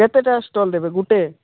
କେତେଟା ଷ୍ଟଲ୍ ଦେବେ ଗୋଟେ